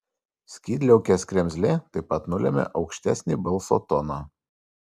skydliaukės kremzlė taip pat nulemia aukštesnį balso toną